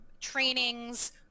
trainings